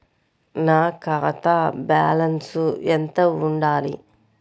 నా ఖాతా బ్యాలెన్స్ ఎంత ఉండాలి?